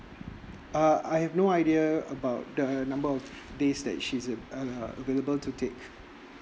uh I have no idea about the number of days that she is uh available to take